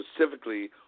specifically